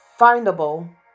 findable